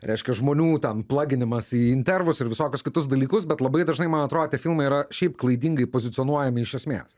reiškia žmonių ten plaginimas į intervus ir visokius kitus dalykus bet labai dažnai man atrodo tie filmai yra šiaip klaidingai pozicionuojami iš esmės